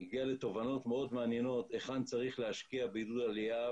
הגיע לתובנות מאוד מעניינות היכן צריך להשקיע בעידוד עלייה,